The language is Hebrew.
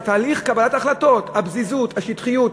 הנושא תהליך קבלת ההחלטות, הפזיזות, השטחיות.